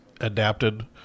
adapted